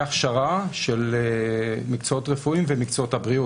הכשרה של מקצועות רפואיים ומקצועות הבריאות.